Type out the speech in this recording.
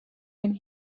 and